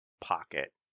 pocket